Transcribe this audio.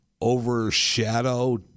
overshadow